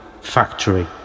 factory